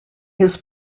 his